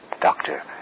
Doctor